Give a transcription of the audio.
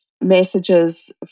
messages